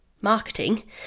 marketing